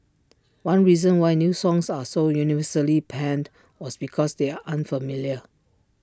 one reason why new songs are so universally panned was because they are unfamiliar